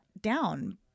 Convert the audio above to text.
down